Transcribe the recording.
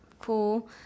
cool